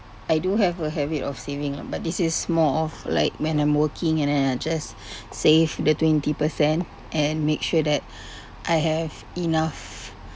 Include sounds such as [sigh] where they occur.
I do have a habit of saving ah but this is more of like when I'm working and then I just [breath] save the twenty percent and make sure that [breath] I have enough